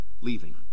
leaving